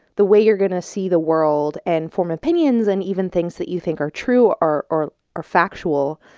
the way you're going to see the world and form opinions and even things that you think are true, or are are factual,